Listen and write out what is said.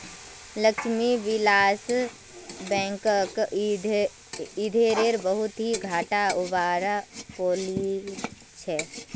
लक्ष्मी विलास बैंकक इधरे बहुत ही घाटा उठवा पो रील छे